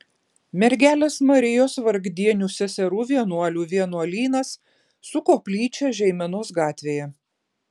mergelės marijos vargdienių seserų vienuolių vienuolynas su koplyčia žeimenos gatvėje